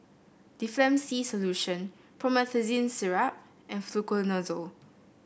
Difflam C Solution Promethazine Syrup and Fluconazole